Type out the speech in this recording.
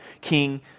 King